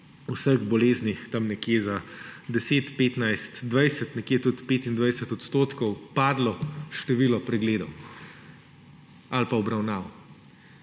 vseh boleznih za okoli 10, 15, 20, nekje tudi 25 % padlo število pregledov ali pa obravnav.